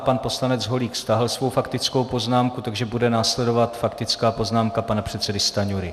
Pan poslanec Holík stáhl svou faktickou poznámku, takže bude následovat faktická poznámka pana předsedy Stanjury.